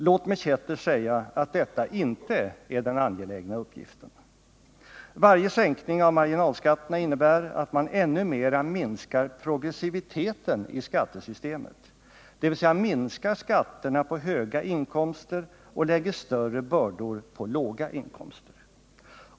Låt mig kätterskt säga att detta inte är den angelägna uppgiften. Varje sänkning av marginalskatterna innebär att man ännu mera minskar progressiviteten i skattesystemet, dvs. minskar skatterna på höga inkomster och lägger större bördor på låga inkomster.